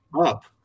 Up